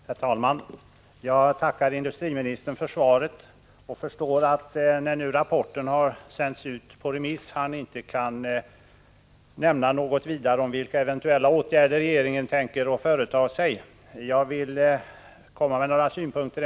Herr talman! Jag tackar industriministern för svaret och förstår att han nu när rapporten har sänts ut på remiss inte kan nämna något vidare om vilka åtgärder regeringen eventuellt kan komma att företa sig. Jag vill emellertid komma med några synpunkter.